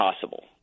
possible